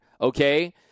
Okay